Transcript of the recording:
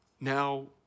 now